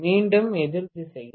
மீண்டும் எதிர் திசையில்